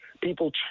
people